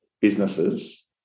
businesses